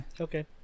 Okay